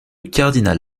cardinal